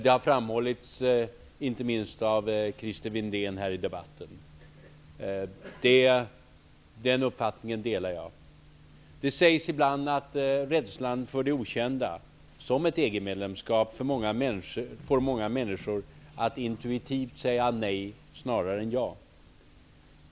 Det har framhållits, inte minst av Christer Windén i debatten här, och den uppfattningen delar jag. Det sägs ibland att rädslan för det okända, ett EG medlemskap, får många människor att intuitivt säga nej snarare än ja.